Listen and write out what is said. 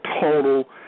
total